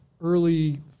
early